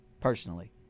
personally